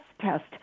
test